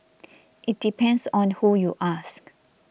it depends on who you ask